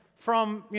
from, you